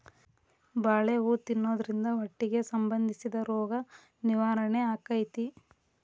ಬಾಳೆ ಹೂ ತಿನ್ನುದ್ರಿಂದ ಹೊಟ್ಟಿಗೆ ಸಂಬಂಧಿಸಿದ ರೋಗ ನಿವಾರಣೆ ಅಕೈತಿ